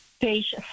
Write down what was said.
Page